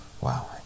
Wow